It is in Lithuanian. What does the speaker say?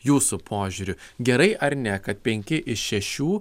jūsų požiūriu gerai ar ne kad penki iš šešių